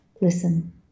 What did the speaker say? Listen